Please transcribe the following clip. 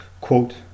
quote